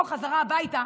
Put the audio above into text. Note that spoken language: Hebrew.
או חזרה הביתה,